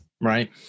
Right